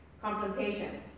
confrontation